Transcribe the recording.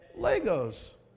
Legos